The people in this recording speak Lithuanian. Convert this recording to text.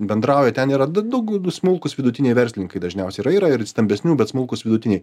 bendrauja ten yra daugiau du daug smulkūs vidutiniai verslininkai dažniausiai yra yra ir stambesnių bet smulkūs vidutiniai